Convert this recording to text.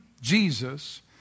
Jesus